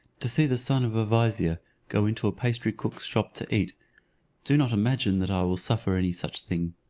to see the son of a vizier go into a pastry-cook's shop to eat do not imagine that i will suffer any such thing.